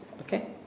Okay